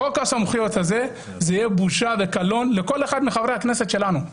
חוק הסמכויות הזה יהיה בושה וקלון לכל אחד מחברי הכנסת שלנו,